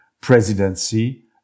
presidency